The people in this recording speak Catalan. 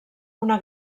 una